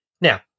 Now